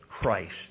Christ